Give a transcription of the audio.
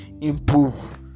improve